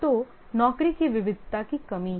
तो नौकरी की विविधता की कमी है